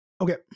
Okay